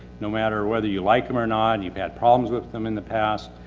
no matter whether you like them or not, and you've had problems with them in the past,